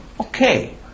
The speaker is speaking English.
okay